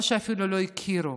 או שאפילו לא הכירו